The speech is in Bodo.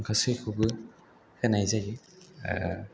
गासैखौबो होनाय जायो